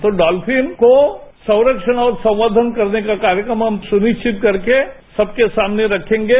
तो डॉल्फिन को संरक्षण और संबद्धन करने का कार्यक्रम हम सुनिश्चित करके सबके सामने रखेंगे